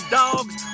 dogs